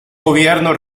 gobierno